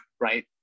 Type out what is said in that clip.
right